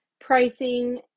pricing